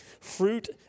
Fruit